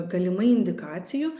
galimai indikacijų